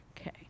Okay